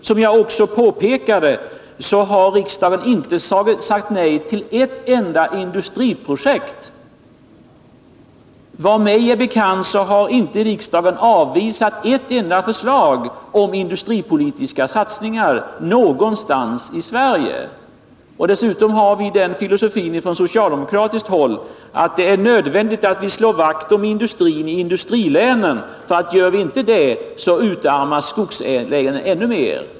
Som jag också påpekade har riksdagen inte sagt nej till ett enda industriprojekt. Såvitt mig är bekant har inte riksdagen avvisat ett enda förslag om industripolitiska satsningar någonstans i Sverige. Dessutom har vi den filosofin från socialdemokratiskt håll att det är nödvändigt att slå vakt om industrin i industrilänen. Gör vi inte det utarmas skogslänen ännu mer.